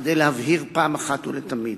כדי להבהיר פעם אחת ולתמיד.